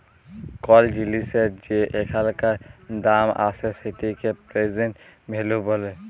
call জিলিসের যে এখানকার দাম আসে সেটিকে প্রেজেন্ট ভ্যালু ব্যলে